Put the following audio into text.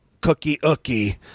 cookie-ookie